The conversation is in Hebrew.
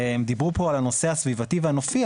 דיברו פה על הנושא הסביבתי והנופי,